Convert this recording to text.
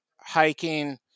hiking